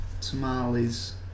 tamales